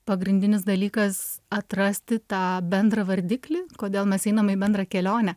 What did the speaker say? pagrindinis dalykas atrasti tą bendrą vardiklį kodėl mes einame į bendrą kelionę